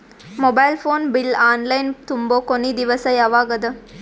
Mobile phone bill online ತುಂಬೊ ಕೊನಿ ದಿವಸ ಯಾವಗದ?